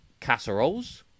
casseroles